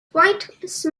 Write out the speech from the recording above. twice